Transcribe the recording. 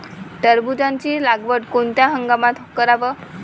टरबूजाची लागवड कोनत्या हंगामात कराव?